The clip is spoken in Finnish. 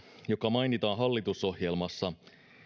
joka mainitaan hallitusohjelmassa